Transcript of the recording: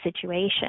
situation